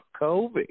COVID